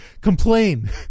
complain